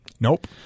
Nope